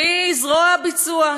שהיא זרוע הביצוע,